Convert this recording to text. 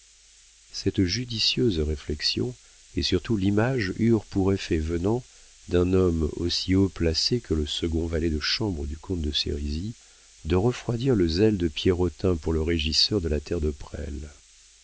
cette judicieuse réflexion et surtout l'image eurent pour effet venant d'un homme aussi haut placé que le second valet de chambre du comte de sérisy de refroidir le zèle de pierrotin pour le régisseur de la terre de presles